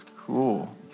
Cool